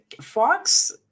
Fox